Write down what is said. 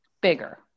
bigger